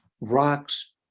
rocks